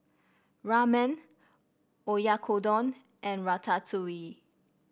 Ramen Oyakodon and Ratatouille